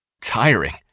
tiring